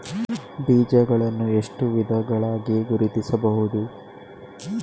ಬೀಜಗಳನ್ನು ಎಷ್ಟು ವಿಧಗಳಾಗಿ ಗುರುತಿಸಬಹುದು?